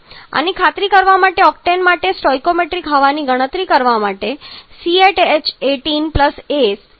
આની ખાતરી કરવા અને ઓક્ટેન માટે સ્ટોઇકિયોમેટ્રિક હવાની ગણતરી કરવા માટે હું તેને ફરીથી લખું